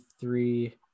three